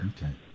Okay